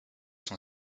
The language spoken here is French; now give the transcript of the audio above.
son